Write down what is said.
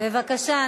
בבקשה.